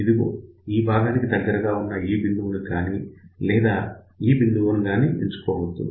ఇదిగో ఈ భాగానికి దగ్గరగా ఉన్న ఈ బిందువు కానీ లేదా ఈ బిందువును కానీ ఎంచుకోవద్దు